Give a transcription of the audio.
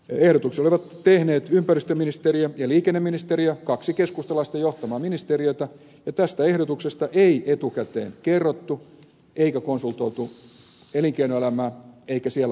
ehdotuksen olivat tehneet ympäristöministeriö ja liikenneministeriö kaksi keskustalaisten johtamaa ministeriötä ja tästä ehdotuksesta ei etukäteen kerrottu eikä konsultoitu elinkeinoelämää eikä siellä olevaa osaamista